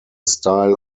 style